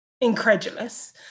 incredulous